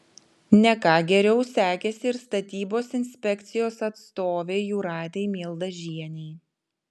ne ką geriau sekėsi ir statybos inspekcijos atstovei jūratei mieldažienei